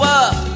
up